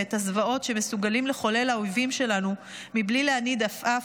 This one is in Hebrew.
ואת הזוועות שמסוגלים לחולל האויבים שלנו מבלי להניד עפעף,